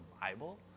Bible